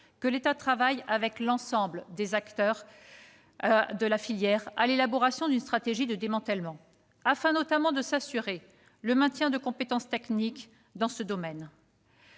que l'État travaille avec l'ensemble des acteurs de la filière à l'élaboration d'une stratégie de démantèlement, afin, notamment, de s'assurer du maintien de compétences techniques dans ce domaine.